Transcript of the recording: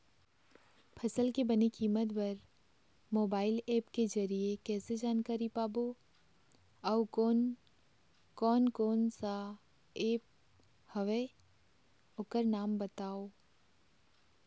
फसल के बने कीमत बर मोबाइल ऐप के जरिए कैसे जानकारी पाबो अउ कोन कौन कोन सा ऐप हवे ओकर नाम बताव?